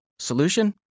Solution